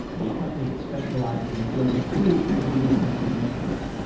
a company that specializes in building tools for data transformations.